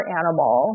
animal